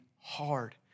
hard